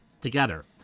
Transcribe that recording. together